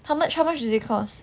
how much how much did it cost